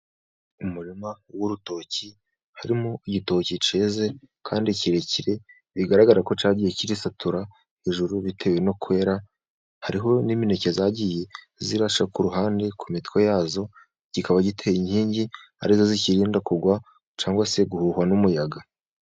Mu murima w'urutoki harimo igitoki keze kandi kirekire bigaragara ko cyagiye kisatura hejuru bitewe no kwera. Hariho n'imineke yagiye irashya ku ruhande ku mitwe yazo, kikaba giteye inkingi arizo zikirinda kugwa cyangwa se guhuhwa n'umuyaga.